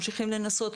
ממשיכים לנסות,